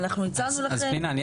ואנחנו הצענו לכם --- פנינה,